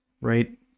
Right